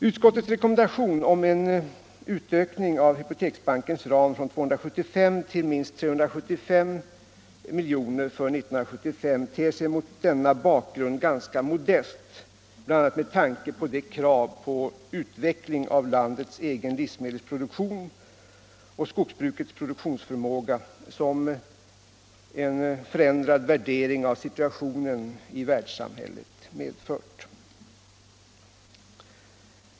Utskottets rekommendation om en utökning av Hypoteksbankens ram från 275 till minst 375 milj.kr. för 1975 ter sig mot denna bakgrund ganska modest, bl.a. med tanke på det krav på utveckling av landets egen livsmedelsproduktion och skogsbrukets produktionsförmåga som en förändrad värdering av situationen i världssamhället medfört.